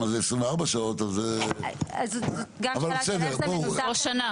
זה 24 שעות --- השאלה היא איך זה מנוסח --- או שנה.